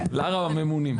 לארה היא הממונים.